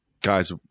guys